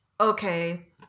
okay